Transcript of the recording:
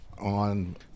on